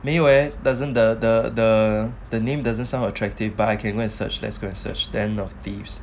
没有 eh doesn't the the the the name doesn't some attractive but I can go and search let's go and search then or thieves